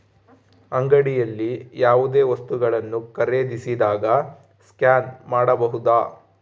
ಅಂಗಡಿಯಲ್ಲಿ ಯಾವುದೇ ವಸ್ತುಗಳನ್ನು ಖರೇದಿಸಿದಾಗ ಸ್ಕ್ಯಾನ್ ಮಾಡಬಹುದಾ?